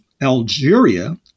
Algeria